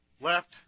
left